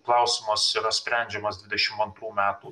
klausimas sprendžiamas dvidešim antrų metų